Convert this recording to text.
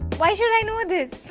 why should i know this?